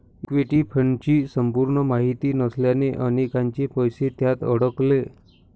equity फंडची संपूर्ण माहिती नसल्याने अनेकांचे पैसे त्यात अडकले